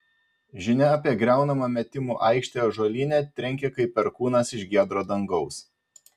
žinia apie griaunamą metimų aikštę ąžuolyne trenkė kaip perkūnas iš giedro dangaus